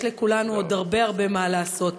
יש לכולנו עוד הרבה הרבה מה לעשות.